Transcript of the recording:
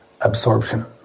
absorption